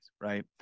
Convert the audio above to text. right